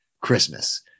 Christmas